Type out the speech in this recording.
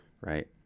right